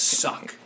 suck